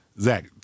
Zach